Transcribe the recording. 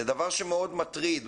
זה דבר שמאוד מטריד.